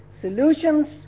Solutions